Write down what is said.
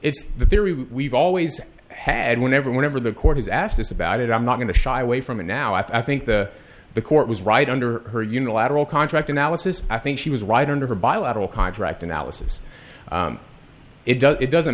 it's the theory we've always had whenever whenever the court has asked us about it i'm not going to shy away from it now if i think the the court was right under her unilateral contract analysis i think she was right under her bilateral contract analysis it does it doesn't